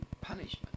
punishment